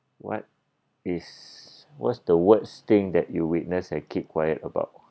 what is what's the worst thing that you witness and keep quiet about